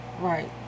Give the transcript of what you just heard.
Right